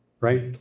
right